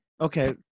Okay